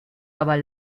aber